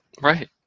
Right